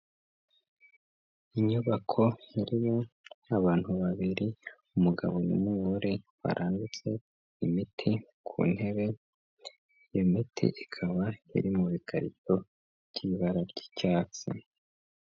Inyubako irimo abantu babiri umugabo n'umugore barambitse imiti ku ntebe ,iyo miti ikaba yari mu bikarito by'ibara ry'icyatsi.